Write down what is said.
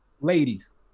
Ladies